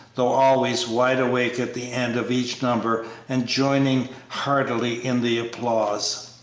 though always wide awake at the end of each number and joining heartily in the applause.